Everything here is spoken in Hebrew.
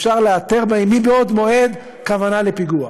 אפשר לאתר בהם מבעוד מועד כוונה לפיגוע.